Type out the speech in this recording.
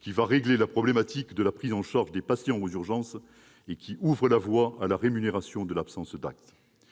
qui va régler la problématique de la prise en charge des patients aux urgences. Il ouvre la voie à la rémunération de l'absence d'acte.